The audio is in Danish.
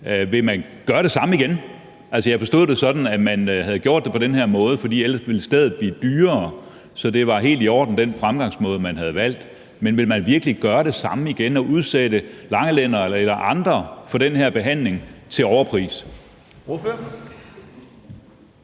Vil man gøre det samme igen? Altså, jeg forstod det sådan, at man havde gjort det på den her måde, for ellers ville stedet blive dyrere, så den fremgangsmåde, man havde valgt, var helt i orden. Men vil man virkelig gøre det samme igen og udsætte langelænderne eller andre for den her behandling til overpris?